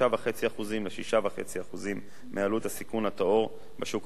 ל-6.5% מעלות הסיכון הטהור בשוק החופשי,